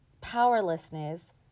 powerlessness